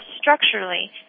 structurally